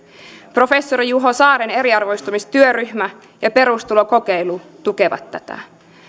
professori juho saaren eriarvoistumistyöryhmä ja perustulokokeilu tukevat tätä